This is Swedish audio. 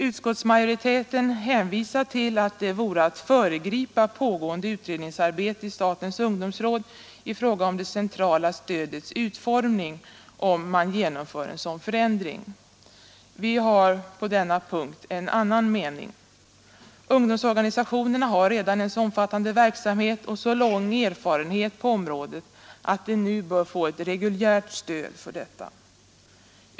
Utskottsmajoriteten hänvisar till att det vore att föregripa pågående utredningsarbete i statens ungdomsråd i fråga om det centrala stödets utformning om man genomförde en sådan förändring. Vi har på denna punkt en annan mening. Ungdomsorganisationerna har redan en så omfattande verksamhet och så lång erfarenhet på området att de nu bör få ett reguljärt stöd för detta.